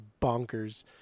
bonkers